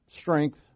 strength